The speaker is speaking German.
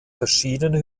verschiedene